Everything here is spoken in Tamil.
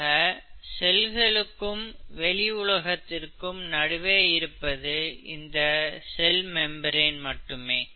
ஆக செல்களுக்கும் வெளி உலகத்திற்கும் நடுவே இருப்பது இந்த செல் மெம்பிரேன் மட்டுமே